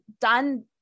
done